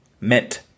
meant